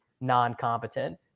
non-competent